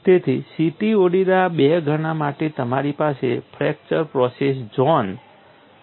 તેથી CTOD ના 2 ગણા માટે તમારી પાસે ફ્રેક્ચર પ્રોસેસ ઝોન છે